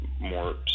more